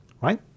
Right